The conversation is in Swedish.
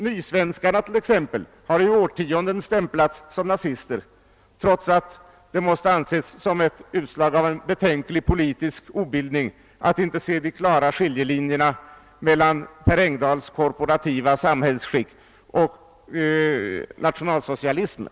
Nysvenskarna har t.ex. i årtionden stämplats som nazister, trots att det måste anses som ett utslag av betänklig politisk obildning att inte se de klara skiljelinjerna mellan Per Engdahls korporativa samhällsskick och nationalsocialismen.